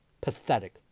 Pathetic